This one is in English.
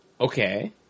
Okay